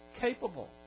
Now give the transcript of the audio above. capable